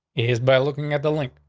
is by looking at the link.